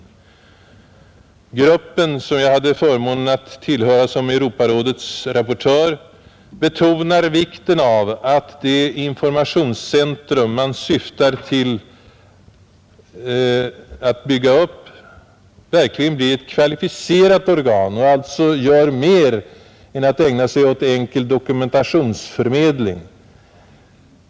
Gruppen, som jag hade förmånen att tillhöra som Europarådets rapportör, betonar vikten av att det informationscentrum man syftar till att bygga upp verkligen blir ett kvalificerat organ och alltså gör mer än att t.ex. ägna sig åt enkel dokumentationsförmedling.